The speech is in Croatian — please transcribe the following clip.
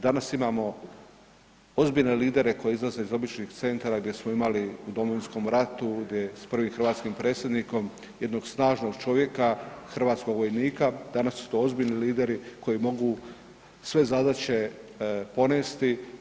Danas imamo ozbiljne lidere koji izlaze iz običnih centara gdje smo imali u Domovinskom ratu, gdje s prvim hrvatskim predsjednikom jednog snažnog čovjeka hrvatskog vojnika, danas su to ozbiljni lideri koji mogu sve zadaće ponesti.